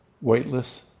weightless